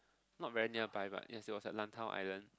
not very nearby but it was at Lantau Island